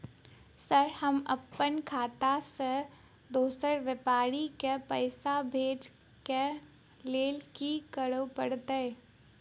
Sir हम अप्पन खाता सऽ दोसर व्यापारी केँ पैसा भेजक लेल की करऽ पड़तै?